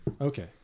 Okay